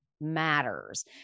matters